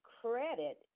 credit